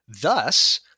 Thus